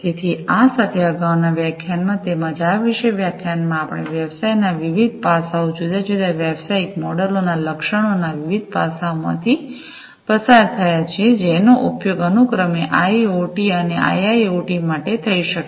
તેથી આ સાથે અગાઉના વ્યાખ્યાનમાં તેમજ આ વિશેષ વ્યાખ્યાનમાં આપણે વ્યવસાયના વિવિધ પાસાઓ જુદા જુદા વ્યવસાયિક મોડેલોના લક્ષણોના વિવિધ પાસાઓમાંથી પસાર થયા છીએ જેનો ઉપયોગ અનુક્રમે આઇઓટી અને આઇઆઇઓટી માટે થઈ શકે છે